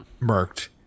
murked